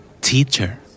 Teacher